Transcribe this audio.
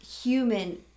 human